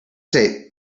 say